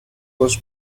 was